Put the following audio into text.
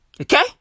Okay